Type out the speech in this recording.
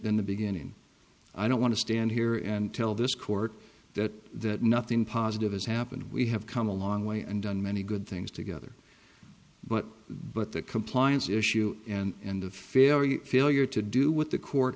than the beginning i don't want to stand here and tell this court that nothing positive has happened we have come a long way and done many good things together but but the compliance issue and the failure failure to do what the court